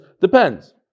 depends